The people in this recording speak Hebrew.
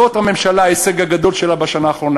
זה ההישג הגדול של הממשלה בשנה האחרונה: